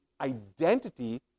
identity